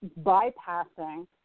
bypassing